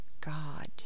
God